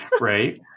Right